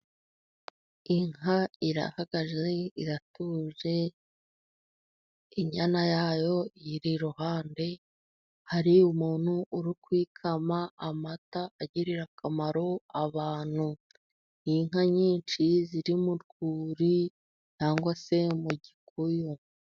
Inka irahagaze, iratuje, inyana yayo iri iruhande, hari umuntu uri kuyikama, amata agirira akamaro abantu. Inka nyinshi ziri mu rwuri cyangwag se mu gikuyu.